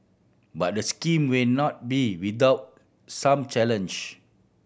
but the scheme may not be without some challenge